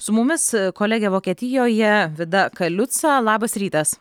su mumis kolegė vokietijoje vida kaliuca labas rytas